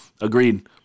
Agreed